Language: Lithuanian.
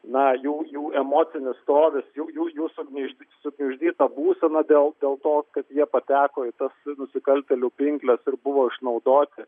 na jų jų emocinis stovis jų jų jų sugniuždy sugniuždyta būsena dėl dėl to kad jie pateko į tas nusikaltėlių pinkles ir buvo išnaudoti